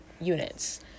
units